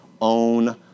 own